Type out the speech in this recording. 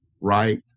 right